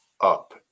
up